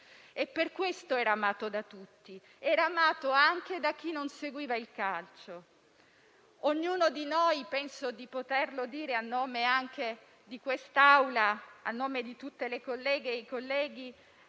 e per questo era amato da tutti. Era amato anche da chi non seguiva il calcio. Ognuno di noi, penso di poterlo dire anche a nome di quest'Assemblea, di tutte le colleghe e i colleghi,